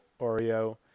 Oreo